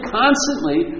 constantly